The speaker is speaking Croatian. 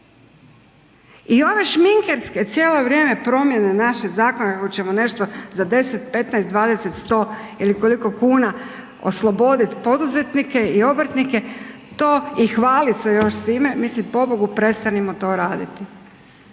I ove šminkerske cijelo vrijeme promjene našeg zakona kako ćemo nešto za 10, 15, 20, 100 ili koliko kuna osloboditi poduzetnike i obrtnike i hvaliti se još s time, mislim pobogu prestanimo to raditi